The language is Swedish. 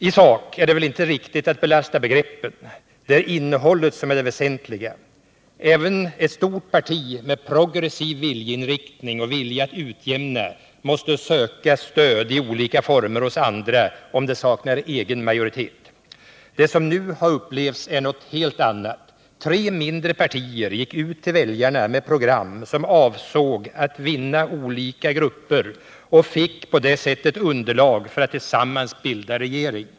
I sak är det väl inte riktigt att belasta begreppen. Det är innehållet som är det väsentliga. Även ett stort parti med progressiv viljeinriktning och vilja att utjämna måste söka stöd i olika former hos andra om det saknar egen majoritet. Det som nu har upplevts är något helt annat. Tre mindre partier gick ut till väljarna med program som avsåg att vinna olika grupper och fick på det sättet underlag för att tillsammans bilda regering.